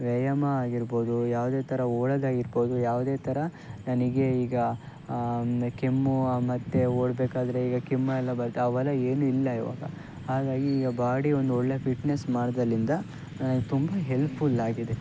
ವ್ಯಾಯಾಮ ಆಗಿರ್ಬೋದು ಯಾವುದೇ ಥರ ಓಡೋದಾಗಿರ್ಬೋದು ಯಾವುದೇ ಥರ ನನಗೆ ಈಗ ಕೆಮ್ಮು ಮತ್ತೆ ಓಡಬೇಕಾದ್ರೆ ಈಗ ಕೆಮ್ಮು ಎಲ್ಲ ಬರತ್ತೆ ಅವೆಲ್ಲ ಏನು ಇಲ್ಲ ಇವಾಗ ಹಾಗಾಗಿ ಈಗ ಬಾಡಿ ಒಂದು ಒಳ್ಳೆ ಫಿಟ್ನೆಸ್ ಮಾಡಿದಲ್ಲಿಂದ ನನಗೆ ತುಂಬ ಹೆಲ್ಪ್ಫುಲ್ ಆಗಿದೆ